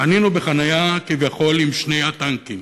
חנינו בחניה כביכול עם שני הטנקים.